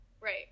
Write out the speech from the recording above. right